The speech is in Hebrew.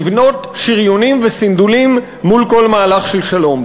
לבנות שריונים וסנדולים מול כל מהלך של שלום.